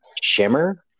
shimmer